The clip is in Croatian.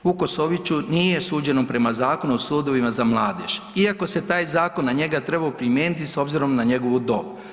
Vukasoviću nije suđeno prema Zakonu o sudovima za mladež, iako se taj zakon na njega trebao primijeniti s obzirom na njegovu dob.